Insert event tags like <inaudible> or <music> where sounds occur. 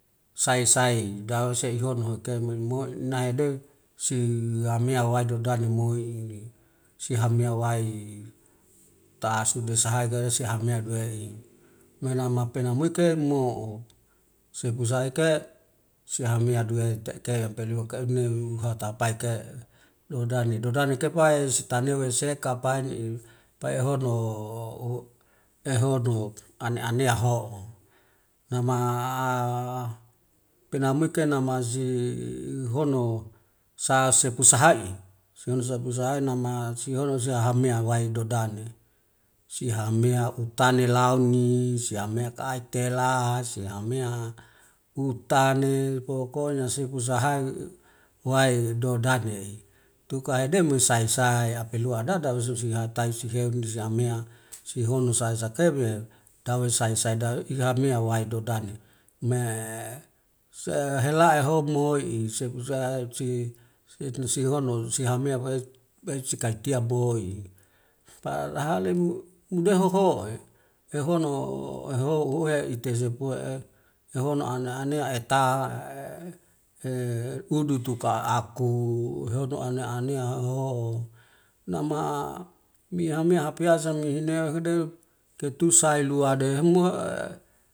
Sai sai dawesi ihonu hike moimoi naide si hamea wai dodane moi si hamea wai tasidusahai gawese hamea duwei, menama penamuike mo'o, sepusahike sihamea duwe teke yanpelu ke une uhatapaike'e dodane dodane ke pai sotabewil seka paini pai ihono <hesitation> ehono ane anea ho'o, <hesitation> penamui kena masi <hesitation> ihonu sa sepu saha'i sehonu sepusahai nama sihonu sia hamea wai dodane, sihamea utane launi, sihame kaitela, sihamea utane pokonyanya sepusaha <hesitation> wai dodane, tuka hedeu mesahi sai apelua ada dawei zuzi hatai siheuni si amea sihonu saisakebe dawesai sai dawe ihamea wai dodane me se hela ehomoi sepusahai si honu sihamea pae <hesitation> si kaitia boi palahale mu mudehoho ehono <hesitation> eho uhue ite sepue ehono ane anea eta <hesitation> udu tuka aku ehono ane anea ho'o nama miha hapiasa mihene hede ketusa sailua de'mo.